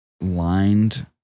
lined